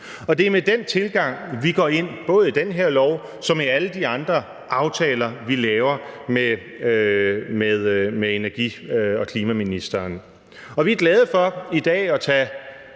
Det er med den tilgang, vi går ind, både i den her lov og i alle de andre aftaler, vi laver med klima-, energi- og forsyningsministeren. Vi er glade for i dag at tage,